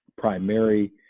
primary